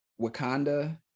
Wakanda